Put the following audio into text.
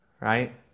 Right